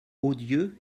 odieux